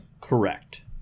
correct